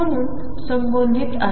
म्हणून संबंधित आहे